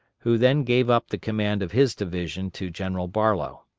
who then gave up the command of his division to general barlow.